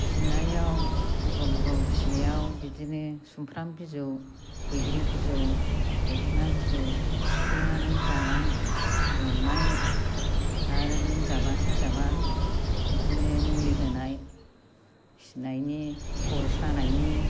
खिनायाव गल गल खिनायाव बिदिनो सुमफ्राम बिजौ बैग्रि बिजौ मोखोना बिजौ सिफ्लेनानै जानाय दौनाय आरो लोमजाबा साजाबा बिदिनो मुलि होनाय खिनायनि खर' सानायनि